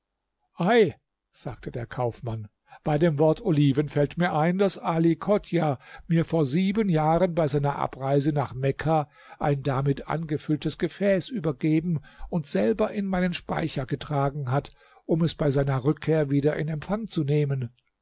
ei sagte der kaufmann bei dem wort oliven fällt mir ein daß ali chodjah mir vor sieben jahren bei seiner abreise nach mekka ein damit angefülltes gefäß übergeben und selber in meinen speicher getragen hat um es bei seiner rückkehr wieder in empfang zu nehmen